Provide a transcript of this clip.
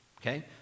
okay